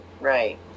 right